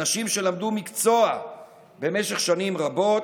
אנשים שלמדו מקצוע במשך שנים רבות,